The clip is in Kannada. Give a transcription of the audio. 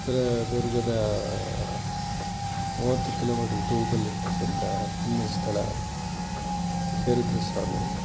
ಚಿತ್ರದುರ್ಗದ ಮೂವತ್ತು ಕಿಲೋಮೀಟ್ರ್ ದೂರದಲ್ ಇರ್ತಕ್ಕಂಥ ಪುಣ್ಯ ಸ್ಥಳ ತಿಪ್ಪೇರುದ್ರ ಸ್ವಾಮಿ